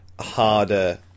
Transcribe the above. harder